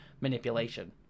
manipulation